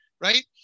right